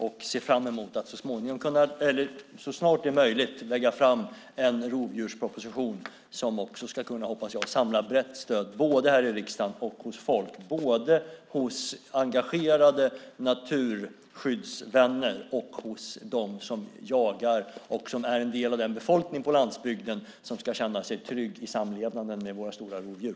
Vi ser fram emot att så snart det är möjligt lägga fram en rovdjursproposition som jag hoppas ska kunna samla brett stöd både här i riksdagen och hos folk - både hos engagerade naturskyddsvänner och hos dem som jagar och som är en del av den befolkning på landsbygden som ska känna sig trygg i samlevnaden med våra stora rovdjur.